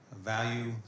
value